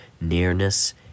Nearness